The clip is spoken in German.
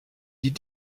die